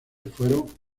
fueron